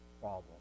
problem